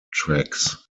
tracks